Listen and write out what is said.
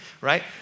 right